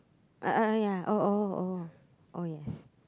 uh uh ya oh oh oh yes